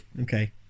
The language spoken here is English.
Okay